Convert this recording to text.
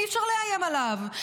אי-אפשר לאיים עליו,